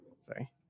Sorry